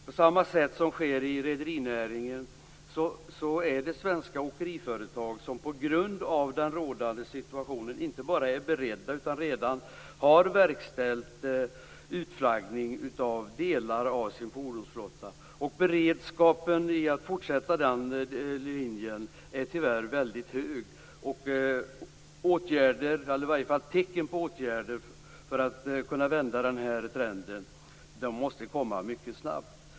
På samma sätt som sker i rederinäringen finns det svenska åkeriföretag som på grund av den rådande situationen inte bara är beredda att verkställa utan redan har verkställt utflaggning av delar av sin fordonsflotta. Beredskapen för att fortsätta den linjen är tyvärr väldigt hög. Åtgärder, eller i varje fall tecken på åtgärder, för att kunna vända denna trend måste komma mycket snabbt.